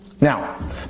Now